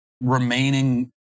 remaining